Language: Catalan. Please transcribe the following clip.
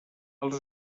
els